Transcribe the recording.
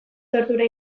tortura